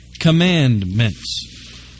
commandments